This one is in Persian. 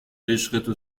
عشقت